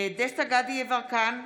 דסטה גדי יברקן,